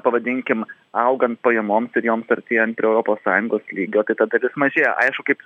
pavadinkim augant pajamoms ir joms artėjant prie europos sąjungos lygio tai ta dalis mažėja aišku kaip